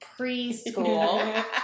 preschool